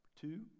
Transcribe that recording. two